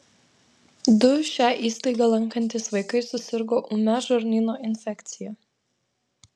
du šią įstaigą lankantys vaikai susirgo ūmia žarnyno infekcija